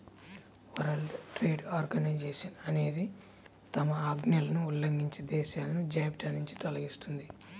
world trade organisation అనేది తమ ఆజ్ఞలను ఉల్లంఘించే దేశాలను జాబితానుంచి తొలగిస్తుంది